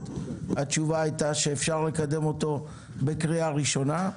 התשובה הייתה שאפשר לקדם אותו בקריאה ראשונה,